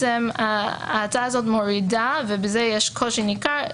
ההצעה הזו מורידה ובזה יש קושי ניכר,